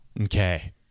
Okay